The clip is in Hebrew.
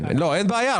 אין בעיה,